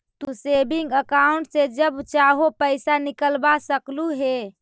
तू saving account से जब चाहो पैसे निकलवा सकलू हे